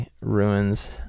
ruins